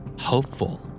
Hopeful